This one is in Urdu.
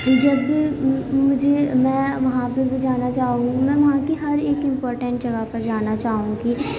جب بھی مجھے میں وہاں پہ بھی جانا چاہوں گی میں وہاں کی ہر ایک امپورٹنٹ جگہ پر جانا چاہوں گی